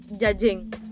judging